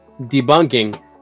debunking